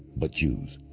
but jews.